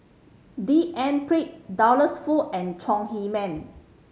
D N Pritt Douglas Foo and Chong Heman